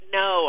no